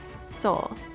soul